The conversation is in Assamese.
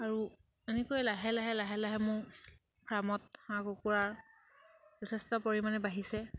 আৰু এনেকৈয়ে লাহে লাহে লাহে লাহে মোৰ ফাৰ্মত হাঁহ কুকুৰাৰ যথেষ্ট পৰিমাণে বাঢ়িছে